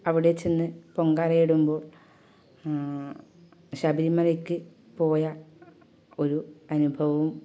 അവിടെച്ചെന്ന് പൊങ്കാലയിടുമ്പോൾ ശബരിമലക്ക് പോയ ഒരു അനുഭവവും